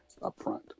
upfront